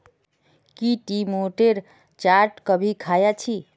की टी मोठेर चाट कभी ख़या छि